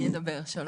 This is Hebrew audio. אני אדבר, שלום.